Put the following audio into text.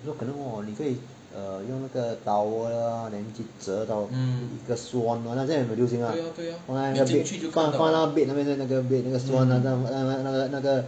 有可能哦你可以 err 用那个 towel lah then 去折到一个 swan lah 现在很流行 mah 放在那个 bed 放在那个 bed 那边 bed 那个 swan 那个那个那个